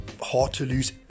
hard-to-lose